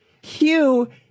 Hugh